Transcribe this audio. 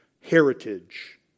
heritage